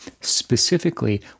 Specifically